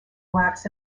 wax